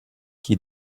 qui